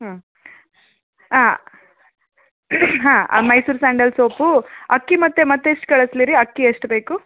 ಹ್ಞೂ ಹಾಂ ಹಾಂ ಮೈಸೂರು ಸ್ಯಾಂಡಲ್ ಸೋಪೂ ಅಕ್ಕಿ ಮತ್ತೆ ಮತ್ತು ಎಷ್ಟು ಕಳಿಸ್ಲಿ ರೀ ಅಕ್ಕಿ ಎಷ್ಟು ಬೇಕು